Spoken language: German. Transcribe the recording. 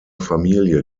familie